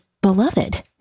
beloved